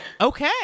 Okay